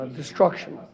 destruction